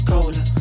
Cola